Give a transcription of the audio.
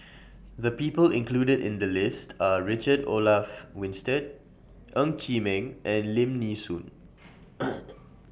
The People included in The list Are Richard Olaf Winstedt Ng Chee Meng and Lim Nee Soon